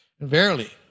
Verily